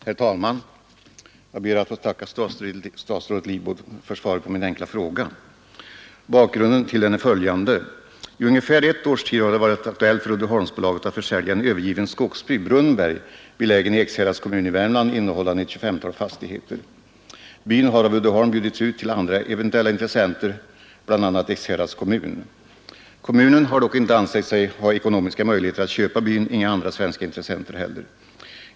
Herr talman! Jag ber att få tacka statsrådet Lidbom för svaret på min enkla fråga. Bakgrunden till den är följande. I ungefär ett års tid har det varit aktuellt för Uddeholmsbolaget att försälja en övergiven skogsby, Brunnberg, belägen i Ekshärads kommun i Värmland innehållande ett tjugofemtal fastigheter. Byn har av Uddeholm bjudits ut till eventuella intressenter, bl.a. Ekshärads kommun. Varken kommunen eller några andra svenska intressenter har dock ansett sig ha ekonomiska möjligheter att köpa byn.